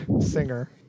Singer